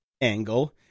angle